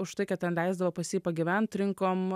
už tai kad ten leisdavo pas jį pagyvent rinkom